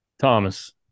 Thomas